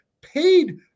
paid